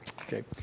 Okay